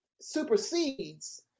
supersedes